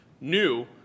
new